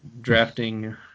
drafting